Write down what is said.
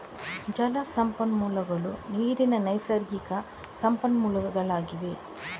ಜಲ ಸಂಪನ್ಮೂಲಗಳು ನೀರಿನ ನೈಸರ್ಗಿಕ ಸಂಪನ್ಮೂಲಗಳಾಗಿವೆ